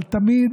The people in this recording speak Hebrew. אבל תמיד,